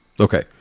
Okay